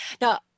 Now